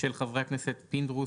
של חברי הכנסת: פינדרוס,